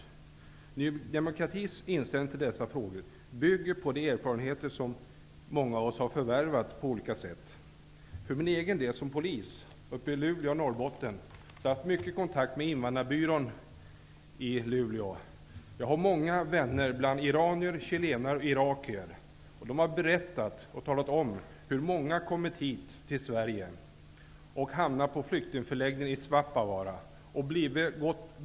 Ny demokratis inställning till dessa frågor bygger på de erfarenheter som många av oss har förvärvat på olika sätt. För min egen del har jag som polis i Luleå och i övriga Norrbotten haft mycket kontakt med invandrarbyrån i Luleå. Jag har många vänner som är iranier, chilenare och irakier. De har berättat om hur många människor har kommit till Sverige och hamnat på flyktingförläggningen i Svappavaara.